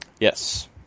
Yes